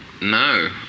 no